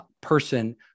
person